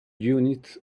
units